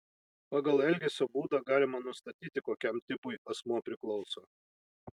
pagal elgesio būdą galima nustatyti kokiam tipui asmuo priklauso